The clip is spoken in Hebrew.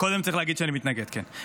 צריך להגיד שאני מתנגד, כן.